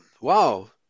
Wow